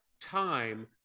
time